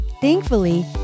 Thankfully